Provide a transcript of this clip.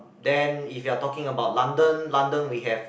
then if you are talking about London London we have